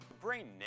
brain